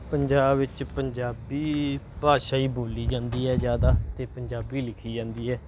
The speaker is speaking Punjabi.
ਪੰਜਾਬ ਵਿੱਚ ਪੰਜਾਬੀ ਭਾਸ਼ਾ ਹੀ ਬੋਲੀ ਜਾਂਦੀ ਹੈ ਜ਼ਿਆਦਾ ਅਤੇ ਪੰਜਾਬੀ ਲਿਖੀ ਜਾਂਦੀ ਹੈ